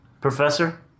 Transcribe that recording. Professor